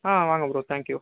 ஆ வாங்க bro thank you